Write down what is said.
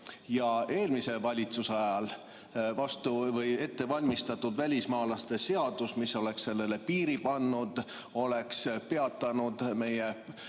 Eelmise valitsuse ajal ettevalmistatud välismaalaste seadus, mis oleks sellele piiri pannud, oleks peatanud meie